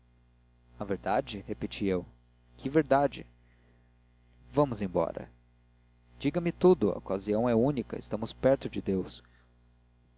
então a verdade repeti eu que verdade vamos embora diga-me tudo a ocasião é única estamos perto de deus